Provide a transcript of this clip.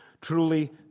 truly